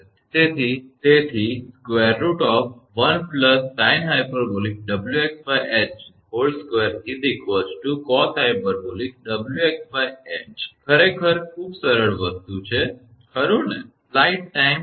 તેથી √1 sinh𝑊𝑥𝐻2 cosh𝑊𝑥𝐻 ખરેખર ખૂબ સરળ વસ્તુ છે ખરુ ને